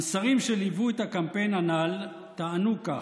המסרים שליוו את הקמפיין הנ"ל טענו כך: